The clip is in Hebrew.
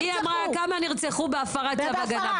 היא שאלה כמה נרצחו בהפרת צו הגנה?